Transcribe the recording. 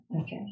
Okay